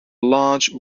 large